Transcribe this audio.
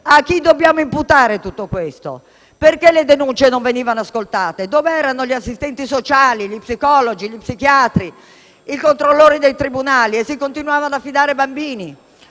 di controlli e di verifiche. Perché le denunce non venivano ascoltate? Dove erano gli assistenti sociali, gli psicologi, gli psichiatri, i controllori dei tribunali? E si continuavano ad affidare bambini.